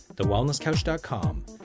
TheWellnessCouch.com